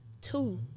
two